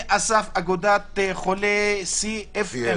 מאסף אגודת חולי CFM,